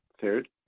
third